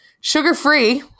sugar-free